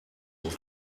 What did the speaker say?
will